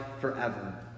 forever